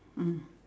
mm